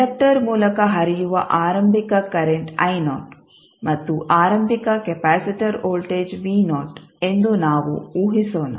inductor ಮೂಲಕ ಹರಿಯುವ ಆರಂಭಿಕ ಕರೆಂಟ್ ಮತ್ತು ಆರಂಭಿಕ ಕೆಪಾಸಿಟರ್ ವೋಲ್ಟೇಜ್ ಎಂದು ನಾವು ಊಹಿಸೋಣ